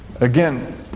Again